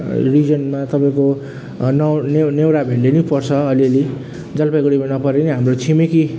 रिजनमा तपाईँको नव न्यो नेवरा भेल्ली पनि पर्छ अलिअलि जलपाइगुडीमा नपरे पनि हाम्रो छिमेकी